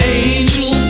angel